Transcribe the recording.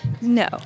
no